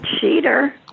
cheater